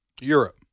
Europe